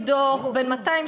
תטמנו את הראש בחול כמו בת-יענה.